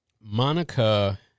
Monica